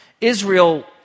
Israel